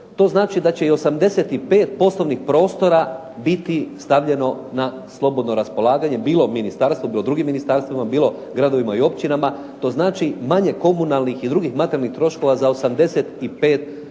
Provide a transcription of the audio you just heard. to znači da će i 85 poslovnih prostora biti stavljeno na slobodno raspolaganje bilo ministarstvu, bilo drugim ministarstvima, bilo gradovima i općinama. To znači manje komunalnih i drugih materijalnih troškova za 85 prostora